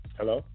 Hello